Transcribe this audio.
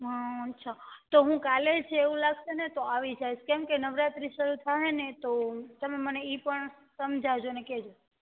હા અચ્છા તો હું કાલે જ એવું લાગશે ને તો આવી જઈશ કેમકે નવરાત્રિ શરુ થશે ને તો તમે મને એ પણ સમજાવજો અને કહેજો